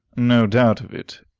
no doubt of it,